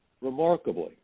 Remarkably